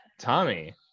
Tommy